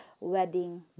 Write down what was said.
wedding